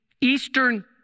eastern